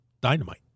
Dynamite